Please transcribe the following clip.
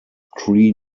cree